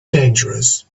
dangerous